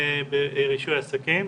וברישוי עסקים.